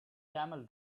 camel